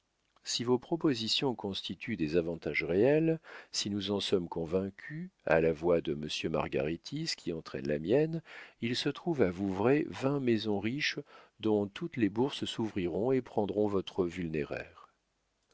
si vos propositions constituent des avantages réels si nous en sommes convaincus à la voix de monsieur margaritis qui entraîne la mienne il se trouve à vouvray vingt maisons riches dont toutes les bourses s'ouvriront et prendront votre